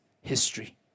history